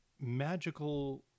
magical